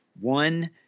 one